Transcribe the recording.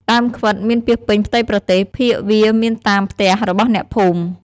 ដើមខ្វិតមានពាសពេញផ្ទៃប្រទេស ភាគវាមានតាមផ្ទះរបស់អ្នកភូមិ។